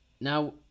now